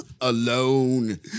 Alone